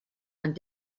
and